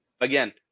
Again